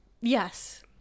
Yes